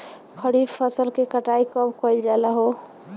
खरिफ फासल के कटाई कब कइल जाला हो?